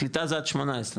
קליטה זה עד 18,